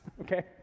okay